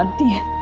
um dear